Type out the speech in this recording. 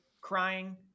crying